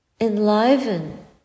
enliven